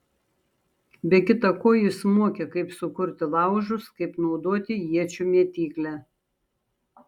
be kita ko jis mokė kaip sukurti laužus kaip naudoti iečių mėtyklę